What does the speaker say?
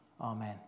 Amen